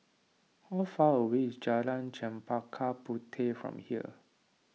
how far away is Jalan Chempaka Puteh from here